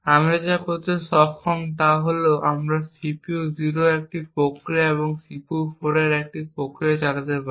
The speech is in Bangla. আমরা যা করতে সক্ষম হব তা হল আমরা CPU 0 এ একটি প্রক্রিয়া এবং CPU 4 এ একটি প্রক্রিয়া চালাতে পারি